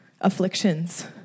afflictions